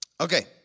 Okay